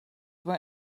were